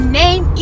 name